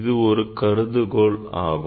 இது ஒரு கருதுகோள் ஆகும்